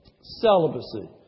celibacy